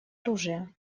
оружия